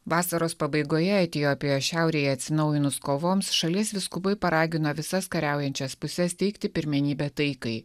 vasaros pabaigoje etiopijos šiaurėje atsinaujinus kovoms šalies vyskupai paragino visas kariaujančias puses teikti pirmenybę taikai